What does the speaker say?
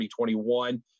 2021